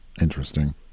Interesting